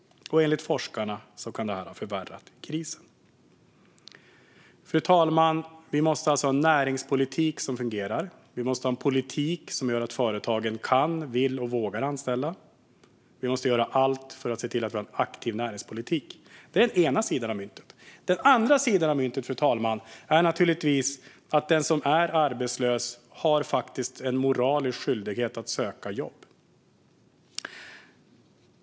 Enligt forskarna kan det här ha förvärrat krisen. Fru talman! Vi måste alltså ha en näringspolitik som fungerar. Vi måste ha en politik som gör att företagen kan, vill och vågar anställa. Vi måste göra allt för att se till att ha en aktiv näringspolitik. Det är den ena sidan av myntet. Den andra sidan av myntet, fru talman, är naturligtvis att den som är arbetslös faktiskt har en moralisk skyldighet att söka jobb.